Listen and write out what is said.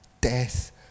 death